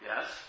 Yes